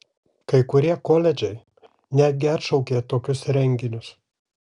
kai kurie koledžai netgi atšaukė tokius renginius